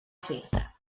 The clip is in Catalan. fer